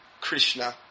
Krishna